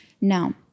Now